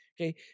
Okay